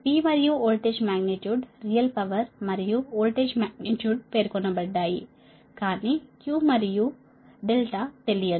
P మరియు voltage magnitude real power మరియు voltage magnitude పేర్కొనబడ్డాయి కానీ Q మరియు తెలియదు